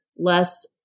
less